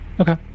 Okay